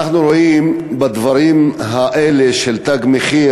אנחנו רואים בדברים האלה של "תג מחיר"